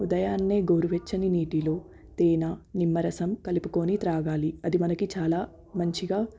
ఉదయాన్నే గోరువెచ్చని నీటిలో తేనా నిమ్మరసం కలుపుకోని త్రాగాలి అది మనకి చాలా మంచిగా